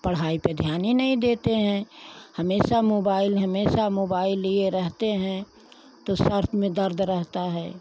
पढ़ाई पे ध्यान ही नहीं देते हैं हमेशा मोबाइल में हमेशा मोबाइल लिए रहते हैं तो सिर में दर्द रहता है